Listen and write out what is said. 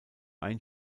ein